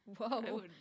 whoa